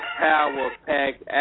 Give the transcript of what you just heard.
power-packed